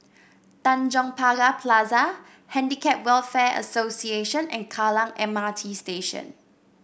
Tanjong Pagar Plaza Handicap Welfare Association and Kallang M R T Station